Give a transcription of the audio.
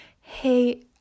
hey